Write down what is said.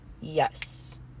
Yes